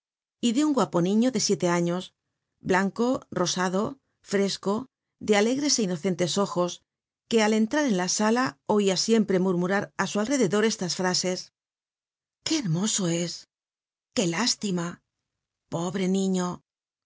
y de un guapo niño de siete años blanco sonrosado fresco de alegres é inocentes ojos que al entrar en la sala oia siempre murmurar á su alrededor estas frases qué hermoso es qué lástima pobre niño